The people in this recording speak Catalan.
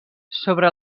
sobre